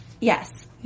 Yes